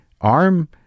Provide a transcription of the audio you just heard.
arm